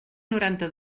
noranta